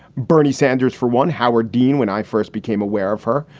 bernie sanders, for one, howard dean when i first became aware of her.